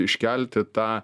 iškelti tą